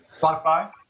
Spotify